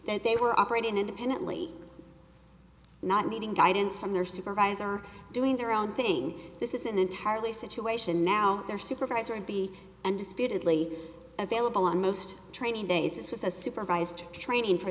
that they were operating independently not meeting guidance from their supervisor doing their own thing this is an entirely situation now their supervisor be undisputed lee available on most training days it's a supervised training for